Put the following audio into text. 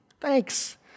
Thanks